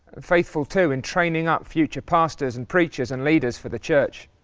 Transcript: faithful to in training up future pastors, and preachers, and leaders for the church.